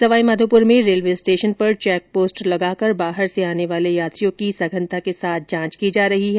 सवाई माधोपुर में railway station पर check post लगाकर बाहर से आने वाले यात्रियों की सघनता के साथ जांच की जा रही है